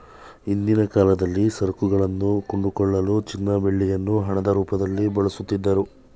ಹಿಂದಿನ ಕಾಲದಲ್ಲಿ ಸರಕುಗಳನ್ನು ಕೊಂಡುಕೊಳ್ಳಲು ಚಿನ್ನ ಬೆಳ್ಳಿಯನ್ನು ಹಣದ ರೂಪದಲ್ಲಿ ಬಳಸುತ್ತಿದ್ದರು